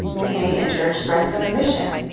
the canadian church sprang from a mission.